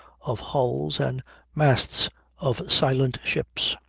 of hulls and masts of silent ships.